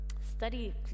study